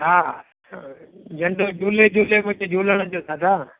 हा झंडो झूले झूले मुंहिंजे झूलण जो दादा